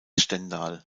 stendal